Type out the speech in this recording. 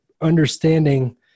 understanding